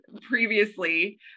previously